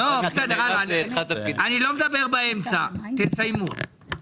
אני לא מדבר באמצע, תסיימו.